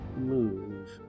move